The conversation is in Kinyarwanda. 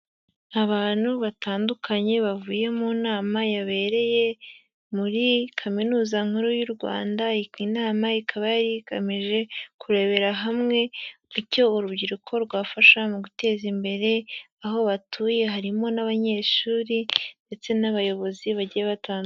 Abantu batandukanye bavuye mu nama yabereye muri Kaminuza Nkuru y'u Rwanda, iyi nama ikaba yari igamije kurebera hamwe icyo urubyiruko rwafasha mu guteza imbere aho batuye, harimo n'abanyeshuri ndetse n'abayobozi bagiye batandukanye.